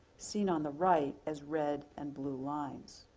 seen on the right as red and blue lines.